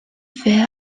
fait